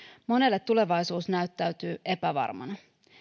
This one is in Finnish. monelle tulevaisuus näyttäytyy epävarmana